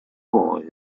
boy